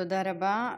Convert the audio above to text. תודה רבה.